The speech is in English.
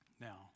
Now